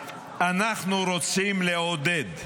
אנחנו רוצים לעודד,